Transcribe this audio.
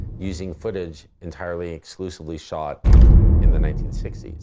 using footage entirely exclusively shot in the nineteen sixty s.